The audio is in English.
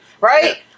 right